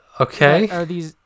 Okay